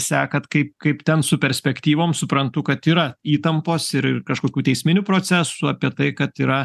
sekat kaip kaip ten su perspektyvom suprantu kad yra įtampos ir ir kažkokių teisminių procesų apie tai kad yra